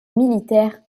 militaire